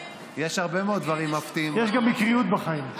יש הרבה מאוד דברים מפתיעים, יש גם מקריות בחיים.